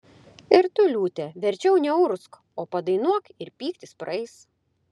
ir tu liūte verčiau neurgzk o padainuok ir pyktis praeis